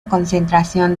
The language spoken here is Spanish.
concentración